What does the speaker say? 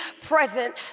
present